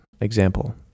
Example